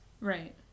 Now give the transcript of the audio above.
right